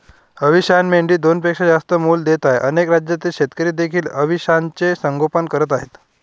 अविशान मेंढी दोनपेक्षा जास्त मुले देत आहे अनेक राज्यातील शेतकरी देखील अविशानचे संगोपन करत आहेत